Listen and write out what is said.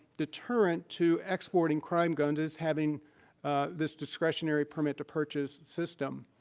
deterrent to exporting crime guns is having this discretionary permit-to-purchase system.